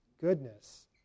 goodness